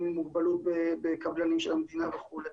עם מוגבלות אצל קבלנים של המדינה וכולי.